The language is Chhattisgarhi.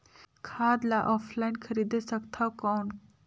खाद ला ऑनलाइन खरीदे सकथव कौन?